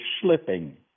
slipping